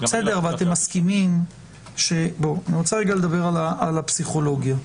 אני רוצה רגע לדבר על הפסיכולוגיה.